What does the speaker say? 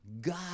God